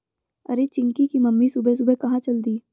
अरे चिंकी की मम्मी सुबह सुबह कहां चल दी?